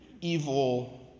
evil